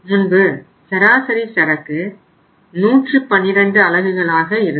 முன்பு சராசரி சரக்கு 112 அலகுகளாக இருந்தது